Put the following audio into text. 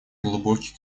глубокий